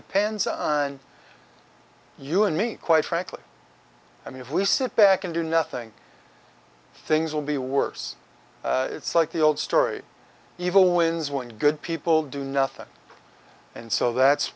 depends on you and me quite frankly i mean if we sit back and do nothing things will be worse it's like the old story evil wins when good people do nothing and so that's